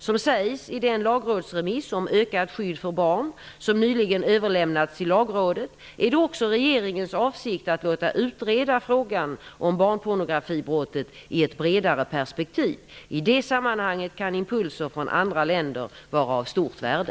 Som sägs i den lagrådsremiss om ökat skydd för barn som nyligen överlämnats till Lagrådet, är det också regeringens avsikt att låta utreda frågan om barnpornografibrottet i ett bredare perspektiv. I det sammanhanget kan impulser från andra länder vara av stort värde.